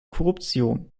korruption